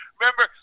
Remember